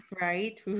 right